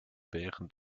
während